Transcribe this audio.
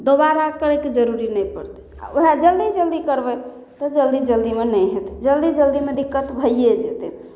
दोबारा करैके जरूरी नहि पड़तै ओहे जल्दी जल्दी करबै तऽ जल्दी जल्दीमे नहि हेतै जल्दी जल्दीमे दिक्कत भइए जेतै